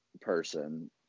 person